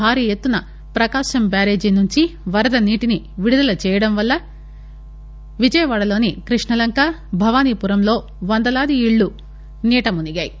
భారీ ఎత్తున ప్రకాశం బ్యారేజీ నుంచి వరద నీటిని విడుదల చేయడం వల్ల విజయవాడలోని కృష్ణలంక భవానిపురంలో వందలాది ఇళ్లు నీట మునిగాయి